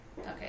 Okay